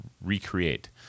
recreate